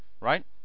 right